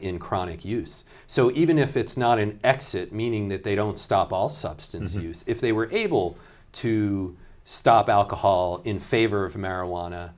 in chronic use so even if it's not an exit meaning that they don't stop all substance abuse if they were able to stop alcohol in favor of